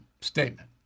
statement